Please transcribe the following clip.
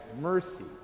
mercy